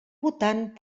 votant